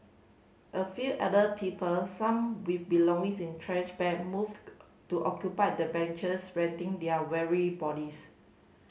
a few elder people some with belongings in trash bag moved to occupy the benches renting their weary bodies